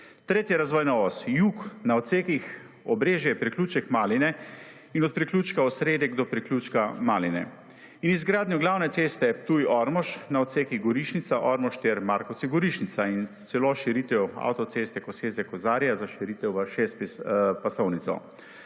3. razvojna os jug na odsekih Obrežje-priključek Maline in od priključka Osredek do priključka Maline in izgradnjo glavne ceste Ptuj-Ormož na odsekih Gorišnica-Ormož ter Markovci-Gorišnica in celo širitev avtoceste Koseze-Kozarje za širitev v 6-pasovnico.